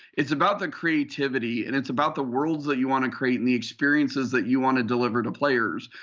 it's about the creativity. and it's about the worlds that you want to create and the experiences that you want to deliver to players.